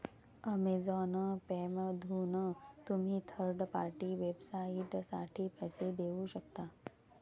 Amazon पेमधून तुम्ही third party वेबसाइटसाठी पैसे देऊ शकता